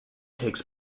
takes